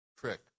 trick